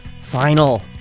final